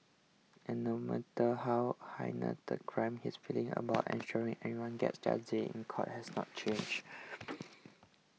and no matter how heinous the crime his feelings about ensuring everyone gets their day in court has not changed